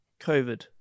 COVID